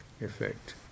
effect